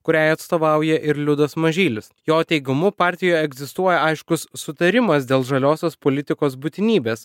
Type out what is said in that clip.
kuriai atstovauja ir liudas mažylis jo teigimu partijoje egzistuoja aiškus sutarimas dėl žaliosios politikos būtinybės